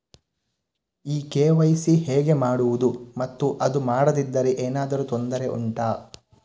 ಈ ಕೆ.ವೈ.ಸಿ ಹೇಗೆ ಮಾಡುವುದು ಮತ್ತು ಅದು ಮಾಡದಿದ್ದರೆ ಏನಾದರೂ ತೊಂದರೆ ಉಂಟಾ